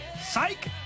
Psych